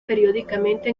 periódicamente